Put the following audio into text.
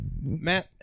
Matt